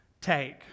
take